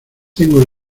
tengo